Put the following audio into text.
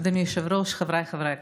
אדוני היושב-ראש, חבריי חברי הכנסת,